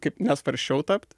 kaip nesvarsčiau tapt